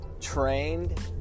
trained